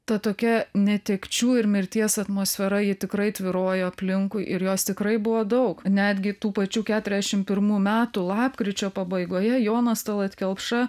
ta tokia netekčių ir mirties atmosfera ji tikrai tvyrojo aplinkui ir jos tikrai buvo daug netgi tų pačių keturiasdešim pirmų metų lapkričio pabaigoje jonas tallat kelpša